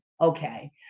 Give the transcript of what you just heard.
Okay